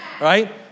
Right